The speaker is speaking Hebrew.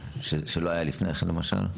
שלא היה לפני כן למשל?